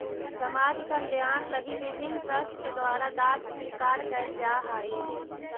समाज कल्याण लगी विभिन्न ट्रस्ट के द्वारा दांत स्वीकार कैल जा हई